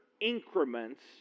increments